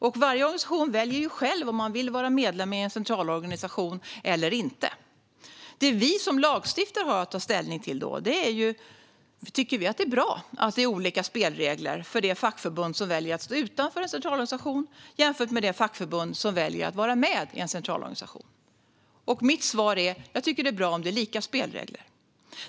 Och varje organisation väljer ju själv om man vill vara medlem i en centralorganisation eller inte. Det som vi som lagstiftare har att ta ställning till är om det är bra att det är olika spelregler för det fackförbund som väljer att stå utanför en centralorganisation och för det fackförbund som väljer att vara med i en centralorganisation. Mitt svar är att jag tycker att det är bra om det är lika spelregler.